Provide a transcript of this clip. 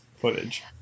footage